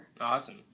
Awesome